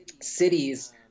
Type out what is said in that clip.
cities